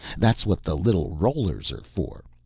that's what the little rollers are for.